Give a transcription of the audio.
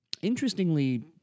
interestingly